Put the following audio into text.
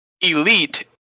Elite